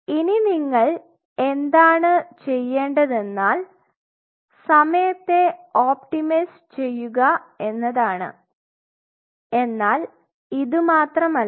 ഇനി നിങ്ങൾ എന്താണ് ചെയ്യേണ്ടത് എന്നാൽ സമയത്തെ ഒപ്റ്റിമൈസ് ചെയ്യുക എന്നതാണ് എന്നാൽ ഇത് മാത്രമല്ല